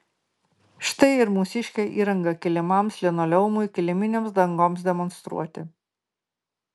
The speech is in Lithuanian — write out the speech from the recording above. štai ir mūsiškė įranga kilimams linoleumui kiliminėms dangoms demonstruoti